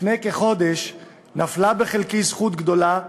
לפני כחודש נפלה בחלקי זכות גדולה,